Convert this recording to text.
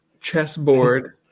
Chessboard